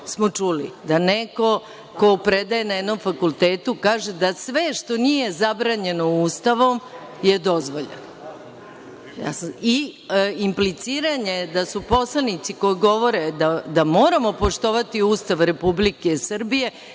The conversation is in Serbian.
smo čuli, da neko ko predaje na jednom fakultetu kaže da sve što nije zabranjeno Ustavom je dozvoljeno, i impliciranje da su poslanici koji govore da moramo poštovati Ustav Republike Srbije